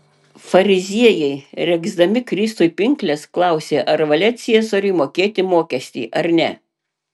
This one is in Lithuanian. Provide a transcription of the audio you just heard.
fariziejai regzdami kristui pinkles klausė ar valia ciesoriui mokėti mokestį ar ne